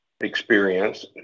experience